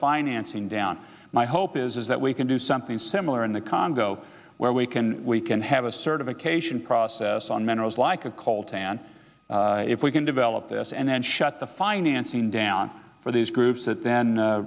financing down my hope is that we can do something similar in the congo where we can we can have a certification process on minerals like a cult and if we can develop this and then shut the financing down for these groups that then